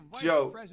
Joe